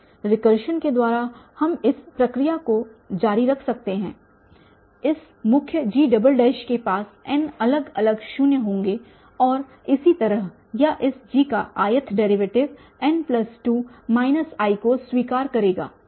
recursion के द्वारा हम इस प्रक्रिया को जारी रख सकते हैं इस मुख्य G के पास n अलग अलग शून्य होगे और इसी तरह या इस G का ith डेरीवेटिव n2 i को स्वीकार करेगा